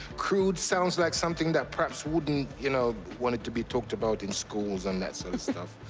crude sounds like something that perhaps wouldn't, you know, want it to be talked about in schools and that sort of stuff.